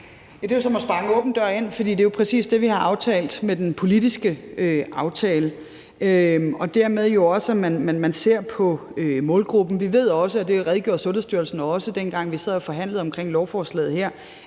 Det er jo som at sparke en åben dør ind, for det er jo præcis det, vi har aftalt i den politiske aftale, og dermed jo også, at man ser på målgruppen. Vi ved også, og det redegjorde Sundhedsstyrelsen også for, dengang vi sad og forhandlede omkring lovforslaget her,